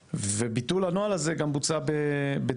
וביטול הנוהל הזה גם בוצע בדיעבד.